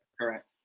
Correct